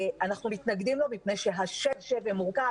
אנחנו מתנגדים לו מפני שהוא מורכב,